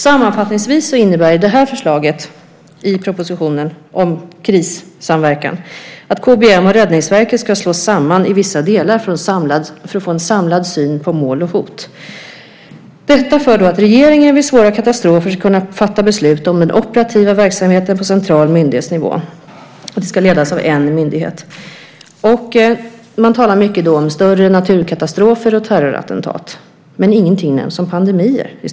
Sammanfattningsvis innebär det här förslaget i propositionen om krissamverkan att KBM och Räddningsverket ska slås samman i vissa delar för att få en samlad syn på mål och hot för att regeringen vid svåra katastrofer ska kunna fatta beslut om den operativa verksamheten på central myndighetsnivå. Det ska ledas av en myndighet. Man talar mycket om större naturkatastrofer och terrorattentat, men i stort sett ingenting nämns om pandemier.